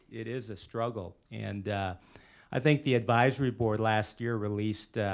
it is a struggle. and i think the advisory board last year released